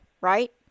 right